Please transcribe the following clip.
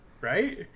Right